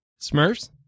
smurfs